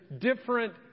different